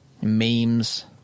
memes